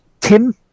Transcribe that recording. Tim